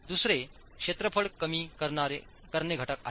दुसरे क्षेत्रफळ कमी करणे घटक आहे